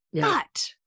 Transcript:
But-